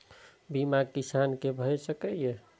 बीमा किसान कै भ सके ये?